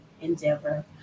endeavor